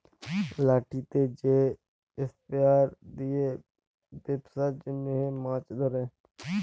লাঠিতে যে স্পিয়ার দিয়ে বেপসার জনহ মাছ ধরে